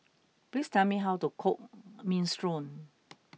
please tell me how to cook Minestrone